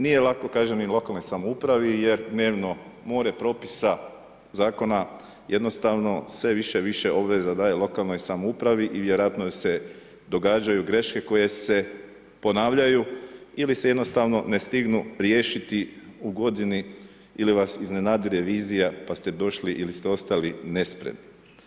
Nije lako kažem, ni lokalnoj samoupravi jer dnevno more propisa, zakona jednostavno sve više i više obveza daje lokalnoj samoupravi i vjerojatno se događaju greške koje se ponavljaju ili se jednostavno ne stignu riješiti u godini ili vas iznenadi revizija pa ste došli ili ste ostali nespremni.